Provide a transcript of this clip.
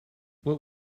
what